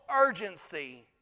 urgency